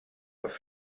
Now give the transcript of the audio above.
els